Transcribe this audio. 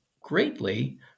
greatly